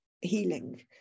healing